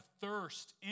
thirst